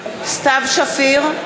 סתיו שפיר,